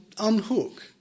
unhook